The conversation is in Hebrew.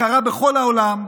ובהכרה בכל העולם,